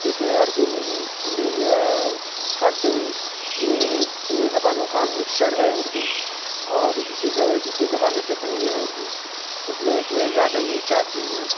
جیسے عربی ہوئی انگریز فارسی ہوئی اِنہی اِنہی زبانوں کا مِکسچر ہے اردو اور اسی اسی زبانوں سے بنی ہے اردو اس لیے اس میں زیادہ ہی چاشنی ہے